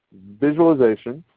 visualization,